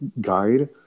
guide